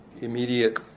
immediate